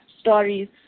stories